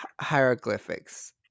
Hieroglyphics